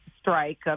strike